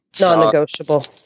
non-negotiable